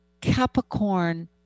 capricorn